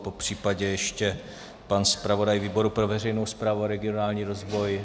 Popřípadě ještě pan zpravodaj výboru pro veřejnou zprávu a regionální rozvoj?